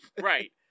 right